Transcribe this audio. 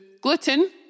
gluten